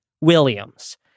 Williams